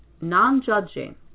non-judging